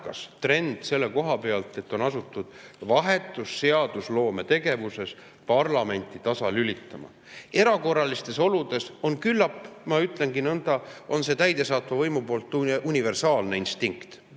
trend selle koha pealt, et on asutud vahetus seadusloometegevuses parlamenti tasalülitama. Erakorralistes oludes on see küllap, ma ütlen nõnda, täidesaatva võimu universaalne instinkt